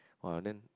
!wah! then